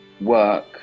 work